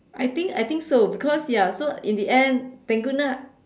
I think I think so because ya so in the end thank goodness